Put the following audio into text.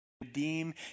redeem